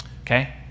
okay